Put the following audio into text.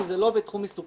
כי זה לא בתחום עיסוקי.